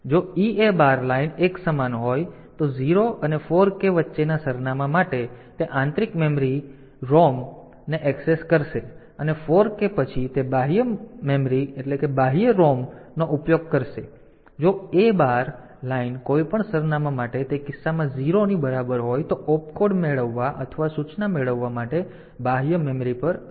જો EA bar line એક સમાન હોય તો 0 અને 4K વચ્ચેના સરનામા માટે તે આંતરિક મેમરી આંતરિક ROM ને ઍક્સેસ કરશે અને 4K પછી તે બાહ્ય ROM નો ઉપયોગ કરશે જ્યારે જો A બાર લાઇન કોઈપણ સરનામાં માટે તે કિસ્સામાં 0 ની બરાબર હોય તો ઓપકોડ મેળવવા અથવા સૂચના મેળવવા માટે બાહ્ય મેમરી પર જશે